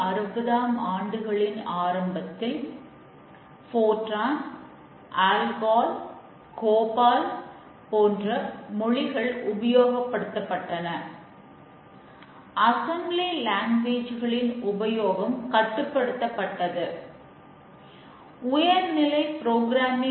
அதாவது இதை நிறுத்துவதற்கான அளவுகோல் என்ன என்பது எப்போது தெரியும்